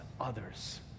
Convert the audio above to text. others